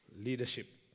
leadership